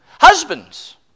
Husbands